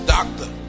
Doctor